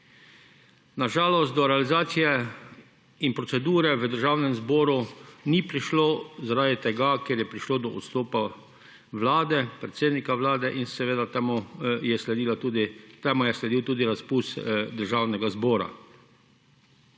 Na žalost do realizacije in procedure v Državnem zboru ni prišlo, zaradi tega, ker je prišlo do odstopa Vlade, predsednika Vlade in seveda temu je sledil tudi razpust Državnega zbora.